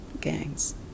gangs